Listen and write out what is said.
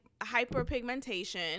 hyperpigmentation